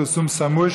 פרסום סמוי),